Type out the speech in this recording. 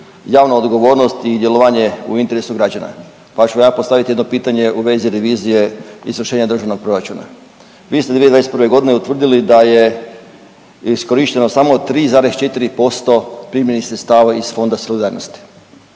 javna odgovornost i djelovanje u interesu građana, pa ću ja postavit jedno pitanje u vezi revizije i izvršenja državnog proračuna. Vi ste 2021.g. utvrdili da je iskorišteno samo 3,4% primljenih sredstava iz Fonda solidarnosti.